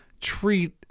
treat